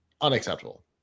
unacceptable